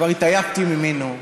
כבר התעייפתי ממנו.